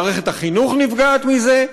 מערכת החינוך נפגעת מזה,